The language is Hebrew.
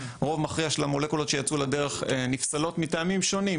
רוב מכריע של המולקולות שיצאו לדרך נפסלות מטעמים שונים,